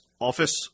office